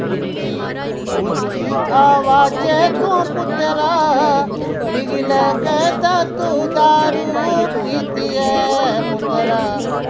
उच्ची उच्ची अवाजें तूं पुत्तरा मिगी लगदा तू दारू पीती ऐ